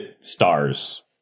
stars